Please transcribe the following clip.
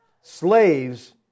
slaves